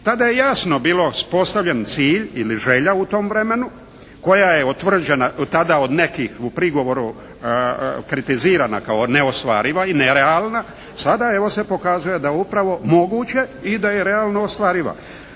Tada je jasno bio uspostavljen cilj ili želja u tom vremenu koja je utvrđena tada od nekih u prigovoru kritizirana kao neostvariva i nerealna, sada evo se pokazuje da je upravo moguće i da je realno ostvariva.